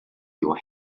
your